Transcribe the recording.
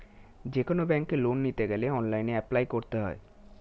যেকোনো ব্যাঙ্কে লোন নিতে গেলে অনলাইনে অ্যাপ্লাই করতে হয়